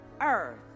earth